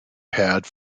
pad